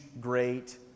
great